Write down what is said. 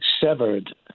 severed